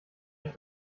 ich